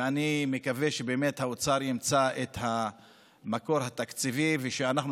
ואני מקווה שבאמת האוצר ימצא את המקור התקציבי ושאנחנו